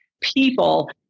people